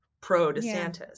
pro-DeSantis